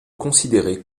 considérée